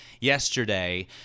yesterday